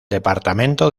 departamento